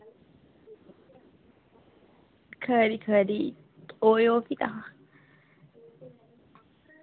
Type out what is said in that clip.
खरी खरी आएओ फ्ही तां